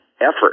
effort